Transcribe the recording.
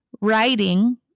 writing